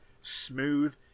smooth